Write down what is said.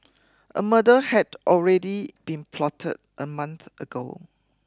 a murder had already been plotted a month ago